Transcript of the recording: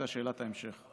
יש שאלת המשך?